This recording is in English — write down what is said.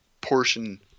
portion